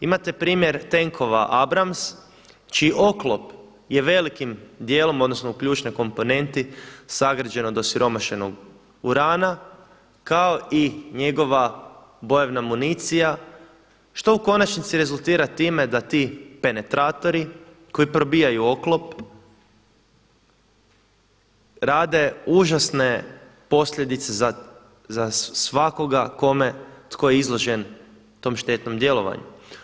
Imate primjer tenkova Abrams čiji oklop je velikim dijelom odnosno u ključnoj komponenti sagrađen od osiromašenog urana kao i njegova bojovna municija što u konačnici rezultirati time da ti penetratori koji probijaju oklop rade užasne posljedice za svakoga tko je izložen tom štetnom djelovanju.